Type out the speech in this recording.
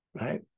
Right